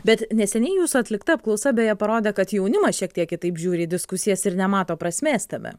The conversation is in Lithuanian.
bet neseniai jūsų atlikta apklausa beje parodė kad jaunimas šiek tiek kitaip žiūri į diskusijas ir nemato prasmės tame